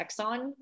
Exxon